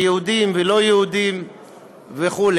יהודים ולא יהודים וכו',